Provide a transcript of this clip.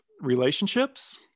relationships